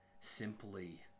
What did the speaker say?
simply